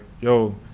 yo